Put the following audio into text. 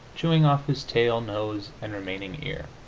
chewing off his tail, nose and remaining ear.